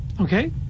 okay